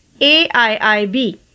AIIB